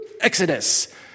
Exodus